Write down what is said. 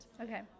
Okay